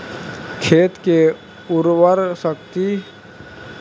खेत के उरवरा शक्ति खातिर रसायानिक खाद ठीक होला कि जैविक़ ठीक होई?